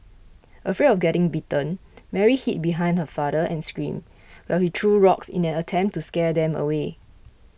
afraid of getting bitten Mary hid behind her father and screamed while he threw rocks in an attempt to scare them away